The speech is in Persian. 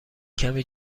کمی